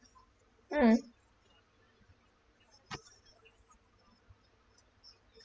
mm